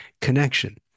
connection